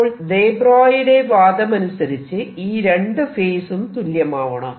അപ്പോൾ ദെ ബ്രോയിയുടെ വാദമനുസരിച്ച് ഈ രണ്ടു ഫേസും തുല്യമാവണം